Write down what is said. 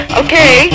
okay